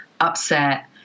upset